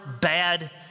bad